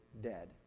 dead